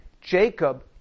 Jacob